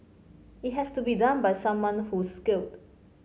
it has to be done by someone who's skilled